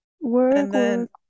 Work